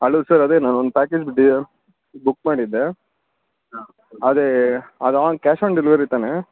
hello sir ಅದೇ ನಾನೊಂದು package book ಮಾಡಿದ್ದೆ ಹಾಂ ಅದೇ ಅದು ಆನ್ ಕ್ಯಾಶ್ ಆನ್ ಡೆಲಿವರಿ ತಾನೇ